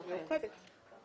מאוחדת.